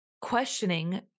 questioning